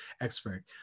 expert